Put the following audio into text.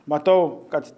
matau kad